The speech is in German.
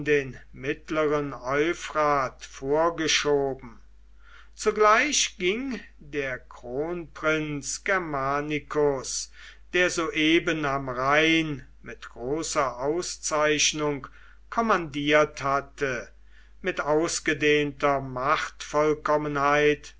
den mittleren euphrat vorgeschoben zugleich ging der kronprinz germanicus der soeben am rhein mit großer auszeichnung kommandiert hatte mit ausgedehnter